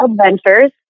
adventures